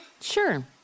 Sure